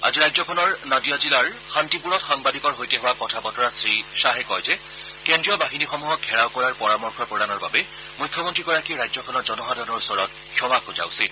আজি ৰাজ্যখনৰ নাদিয়া জিলাৰ শান্তিপুৰত সাংবাদিকৰ সৈতে হোৱা কথা বতৰাত শ্ৰীখাহে কয় যে কেন্দ্ৰীয় বাহিনীসমূহক ঘেৰাও কৰাৰ পৰামৰ্শ প্ৰদানৰ বাবে মুখ্যমন্ত্ৰীগৰাকীয়ে ৰাজ্যখনৰ জনসাধাৰণৰ ওচৰত ক্ষমা খোজা উচিত